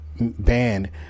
band